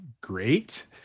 great